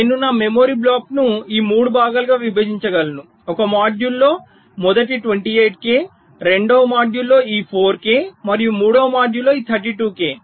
నేను నా మెమరీ బ్లాక్ను ఈ 3 భాగాలుగా విభజించగలను ఒక మాడ్యూల్లో మొదటి 28 కె రెండవ మాడ్యూల్లో ఈ 4 కె మరియు మూడవ మాడ్యూల్లో ఈ 32 కె